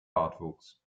bartwuchs